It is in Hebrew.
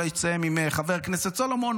אולי תסיים עם חבר הכנסת סולומון,